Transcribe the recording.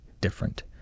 different